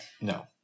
No